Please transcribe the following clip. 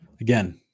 Again